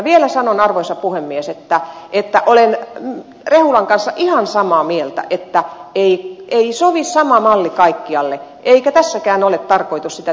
vielä sanon arvoisa puhemies että olen rehulan kanssa ihan samaa mieltä että ei sovi sama malli kaikkialle eikä tässäkään ole tarkoitus sitä tehdä